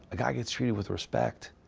ah guy gets treated with respect.